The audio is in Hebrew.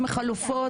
מחלופות.